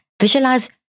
visualize